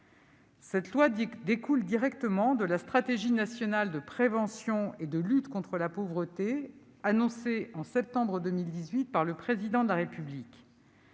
Cette loi découle directement de la Stratégie nationale de prévention et de lutte contre la pauvreté, annoncée en septembre 2018 par le Président de la République.